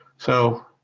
so